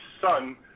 son